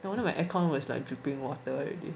no wonder my air con was like dripping water already